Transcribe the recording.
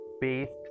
based